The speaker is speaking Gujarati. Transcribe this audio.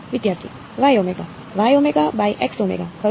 વિદ્યાર્થી ખરું